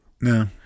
No